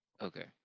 Okay